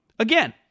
Again